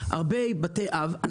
הרבה בתי אב,